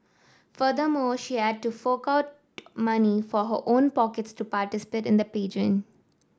furthermore she had to fork out money from her own pockets to participate in the pageant